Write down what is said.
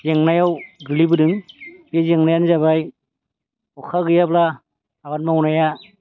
जेंनायाव गोग्लैबोदों बे जेंनायानो जाबाय अखा गैयाब्ला आबाद मावनाया